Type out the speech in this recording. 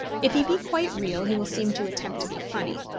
if he be quite real he will seem to attempt to be funny.